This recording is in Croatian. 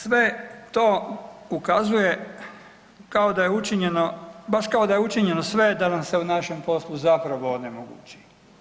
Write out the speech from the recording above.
Sve to ukazuje kao da je učinjeno, baš kao da je učinjeno sve da nam se u našem poslu zapravo onemogući.